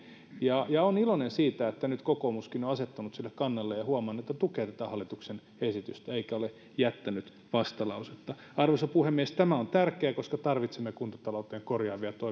olen iloinen siitä että nyt kokoomuskin on asettunut sille kannalle ja tukee tätä hallituksen esitystä eikä ole jättänyt vastalausetta arvoisa puhemies tämä on tärkeää koska tarvitsemme kuntatalouteen korjaavia toimia